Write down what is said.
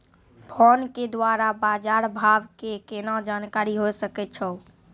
Phone के द्वारा बाज़ार भाव के केना जानकारी होय सकै छौ?